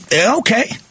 okay